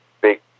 big